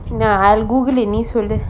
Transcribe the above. nah I'll google நீ சொல்லு:nee sollu